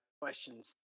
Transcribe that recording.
questions